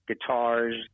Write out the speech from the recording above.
guitars